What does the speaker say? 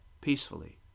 Peacefully